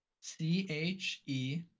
C-H-E